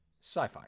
Sci-fi